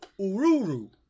Ururu